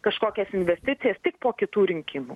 kažkokias investicijas tik po kitų rinkimų